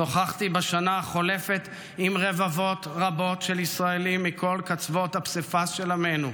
שוחחתי בשנה החולפת עם רבבות רבות של ישראלים מכל קצוות הפסיפס של עמנו,